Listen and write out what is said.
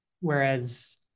whereas